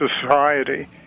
society